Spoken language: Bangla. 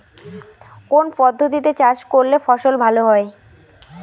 কোন পদ্ধতিতে চাষ করলে ফসল ভালো হয়?